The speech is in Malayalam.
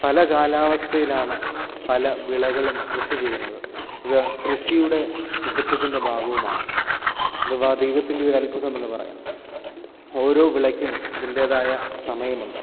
പല കാലാവസ്ഥയിലാണ് പല വിളകളും കൃഷി ചെയ്യുന്നത് അത് കൃഷിയുടെ മഹത്വത്തിൻറെ ഭാഗവുമാണ് അഥവാ ദൈവത്തിൻറെ ഒരു അത്ഭുതം എന്ന് പറയാം ഓരോ വിളക്കും അതിൻ്റെതായ സമയമുണ്ട്